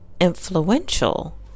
influential